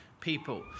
people